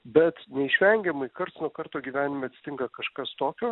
bet neišvengiamai karts nuo karto gyvenime atsitinka kažkas tokio